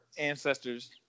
ancestors